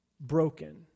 broken